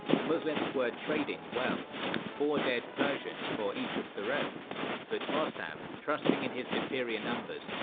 the muslims were trading well four dead persians for each of their own but rostam, trusting in his superior numbers,